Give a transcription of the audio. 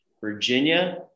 Virginia